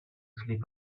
sleep